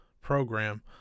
program